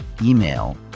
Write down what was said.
email